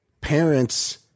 parents